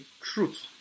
Truth